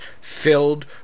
filled